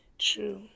true